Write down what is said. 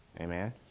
Amen